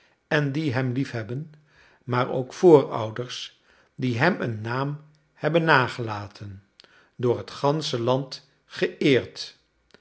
en die hem liefhebben maar ook voorouders die hem een naam hebben nagelaten door het gansche land geëerd